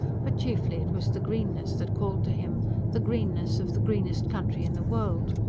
but chiefly it was the greenness that called to him the greenness of the greenest country in the world.